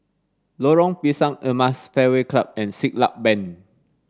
Lorong Pisang Emas Fairway Club and Siglap Bank